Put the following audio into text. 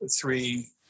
three